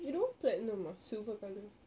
you know platinum ah silver colour